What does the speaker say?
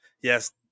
Yes